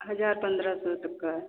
हजार पन्द्रह सौ तक का है